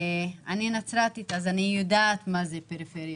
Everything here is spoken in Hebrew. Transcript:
אני נצרתית, אני יודעת מה זו פריפריה.